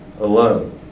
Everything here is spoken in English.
alone